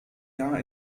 jahr